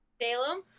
Salem